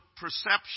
perception